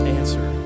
answer